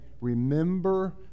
remember